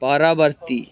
ପରବର୍ତ୍ତୀ